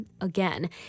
Again